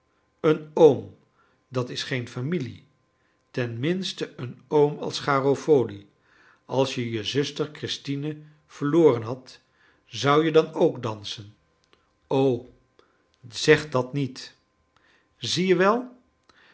een oom dat is geen familie tenminste een oom als garofoli als je je zuster christina verloren hadt zou-je dan ook dansen o zeg dat niet zie je wel wij